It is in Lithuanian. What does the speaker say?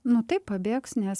nu taip pabėgs nes